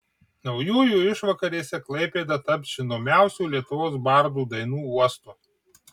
naujųjų išvakarėse klaipėda taps žinomiausių lietuvos bardų dainų uostu